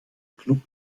klub